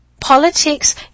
politics